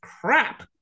crap